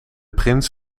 prins